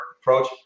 approach